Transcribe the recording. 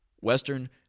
Western